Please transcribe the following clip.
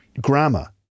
grammar